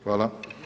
Hvala.